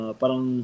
parang